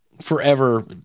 forever